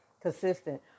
consistent